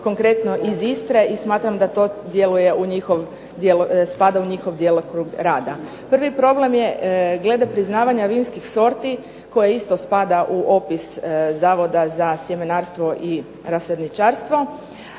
konkretno iz Istre i smatram da to spada u njihov djelokrug rada. Prvi problem je glede priznavanja vinskih sorti koje isto spada u opis Zavoda za sjemenarstvo i rasadničarstvo,